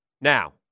Now